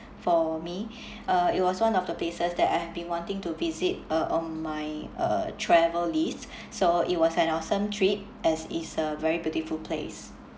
for me uh it was one of the places that I've been wanting to visit uh on my uh travel list so it was an awesome trip as it's a very beautiful place